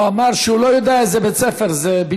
הוא אמר שהוא לא יודע איזה בית ספר זה,